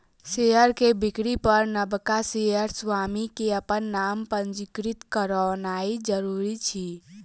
share के बिक्री पर नबका शेयर स्वामी के अपन नाम पंजीकृत करौनाइ जरूरी अछि